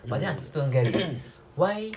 but then I still don't get it why